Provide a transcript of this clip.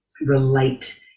relate